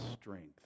strength